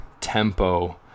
tempo